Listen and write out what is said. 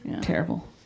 Terrible